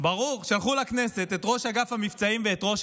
עם ברדוגו